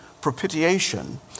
propitiation